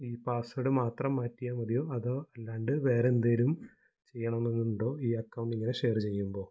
ഈ പാസ്വേഡ് മാത്രം മാറ്റിയാല് മതിയോ അതോ അല്ലാണ്ട് വേറെന്തേലും ചെയ്യണോന്നുങ്കുണ്ടോ ഈ അക്കൗണ്ട് ഇങ്ങനെ ഷെയര് ചെയ്യുമ്പോള്